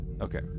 Okay